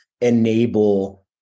enable